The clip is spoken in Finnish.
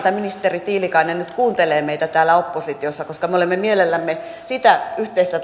että ministeri tiilikainen nyt kuuntelee meitä täällä oppositiossa koska me olemme mielellämme sitä yhteistä